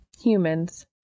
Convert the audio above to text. Humans